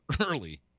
early